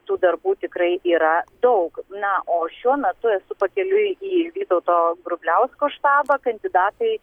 tų darbų tikrai yra daug na o šiuo metu esu pakeliui į vytauto grubliausko štabą kandidatai